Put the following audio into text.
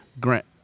Grant